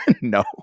No